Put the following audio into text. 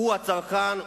הוא הצרכן,